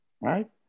right